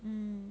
mm